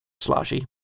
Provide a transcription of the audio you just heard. sloshy